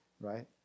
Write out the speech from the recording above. Right